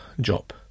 job